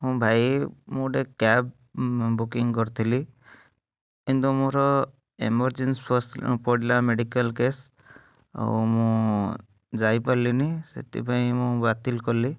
ହଁ ଭାଇ ମୁଁ ଗୋଟେ କ୍ୟାବ୍ ବୁକିଂ କରିଥିଲି କିନ୍ତୁ ମୋର ଏମର୍ର୍ଜେନ୍ସି ଫାର୍ଷ୍ଟ ପଡ଼ିଲା ମେଡ଼ିକାଲ୍ କେସ୍ ଆଉ ମୁଁ ଯାଇପାରିଲିନି ସେଥିପାଇଁ ମୁଁ ବାତିଲ୍ କଲି